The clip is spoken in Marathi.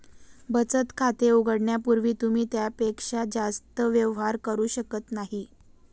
बचत खाते उघडण्यापूर्वी तुम्ही त्यापेक्षा जास्त व्यवहार करू शकत नाही